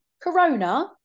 Corona